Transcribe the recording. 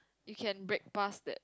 you can break past that